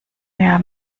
mehr